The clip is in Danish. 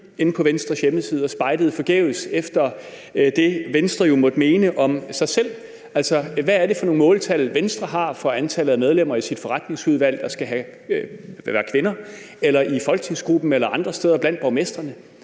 inde på Venstres hjemmeside og spejdede forgæves efter det, Venstre jo måtte mene om sig selv. Hvad er det for nogle måltal, Venstre har, for antallet af medlemmer i sit forretningsudvalg, der skal være kvinder – eller i folketingsgruppen eller andre steder, f.eks. blandt borgmestrene?